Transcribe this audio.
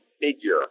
figure